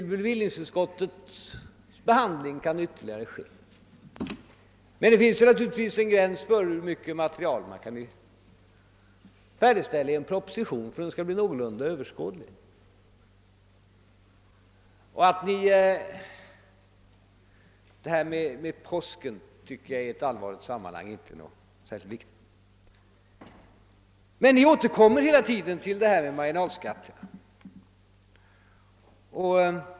Vid bevillningsutskottets behandling av ärendet kan material inhämtas. Men det finns en gräns för hur mycket material som kan tas med i en proposition om den skall bli någorlunda överskådlig. Herr Holmbergs yttrande om påsken tycker jag inte är något viktigt i ett allvarligt sammanhang. Men ni återkommer hela tiden till detta med margi nalskatterna.